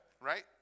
right